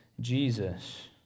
Jesus